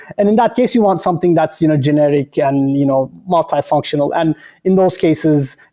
and in that case, you want something that's you know generic and you know multifunctional. and in those cases,